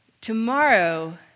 Tomorrow